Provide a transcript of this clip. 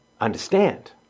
understand